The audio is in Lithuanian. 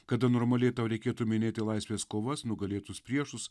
kada normaliai tau reikėtų minėti laisvės kovas nugalėtus priešus